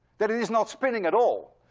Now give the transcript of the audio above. that it is not spinning at all.